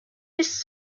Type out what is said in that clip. his